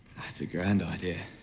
that's a grand idea.